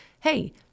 hey